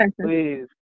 please